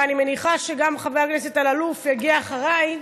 ואני מניחה שחבר הכנסת אלאלוף יגיע אחריי